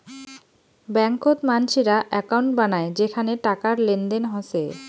ব্যাংকত মানসিরা একউন্ট বানায় যেখানে টাকার লেনদেন হসে